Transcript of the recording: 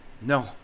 No